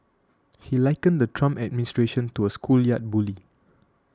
he likened the Trump administration to a schoolyard bully